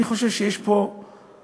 אני חושב שיש פה מגמה,